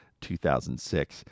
2006